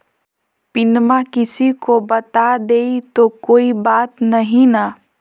पिनमा किसी को बता देई तो कोइ बात नहि ना?